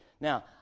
Now